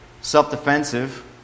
self-defensive